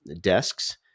desks